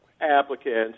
applicants